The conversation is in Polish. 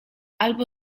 albo